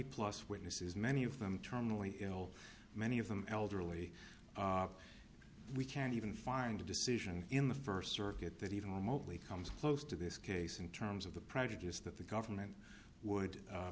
plus witnesses many of them terminally ill many of them elderly we can't even find a decision in the first circuit that even remotely comes close to this case in terms of the predators that the government would